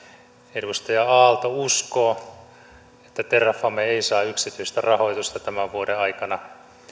edustaja aalto uskoo että terrafame ei saa yksityistä rahoitusta tämän vuoden aikana